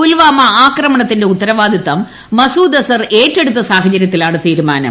പുൽവാമ ആക്രമണത്തിന്റെ സുഷമ ഉത്തരവാദിത്തം മസൂദ് അസർ ഏറ്റെടുത്ത സാഹചര്യത്തിലാണ് തീരുമാനം